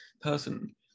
person